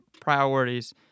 priorities